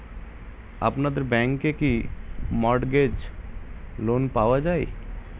আপনাদের ব্যাংকে কি মর্টগেজ লোন পাওয়া যায়?